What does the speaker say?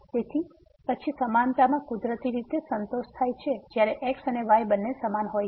તેથી પછી સમાનતામાં કુદરતી રીતે સંતોષ થાય છે જ્યારે x અને y બંને સમાન હોય છે